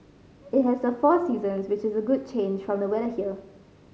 it has the four seasons which is a good change from the weather here